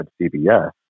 CBS